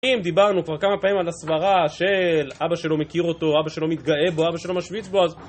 אם דיברנו כבר כמה פעמים על הסברה של אבא שלא מכיר אותו, אבא שלא מתגאה בו, אבא שלא משוויץ בו, אז...